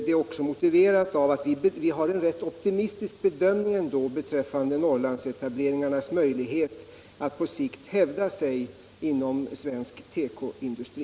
Den är också motiverad av att vi ändå har en rätt optimistisk bedömning av Norrlandsetableringarnas möjlighet att på sikt hävda sig inom svensk tekoindustri.